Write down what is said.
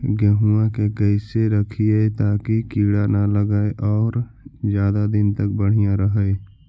गेहुआ के कैसे रखिये ताकी कीड़ा न लगै और ज्यादा दिन तक बढ़िया रहै?